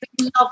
Love